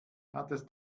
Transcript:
hattest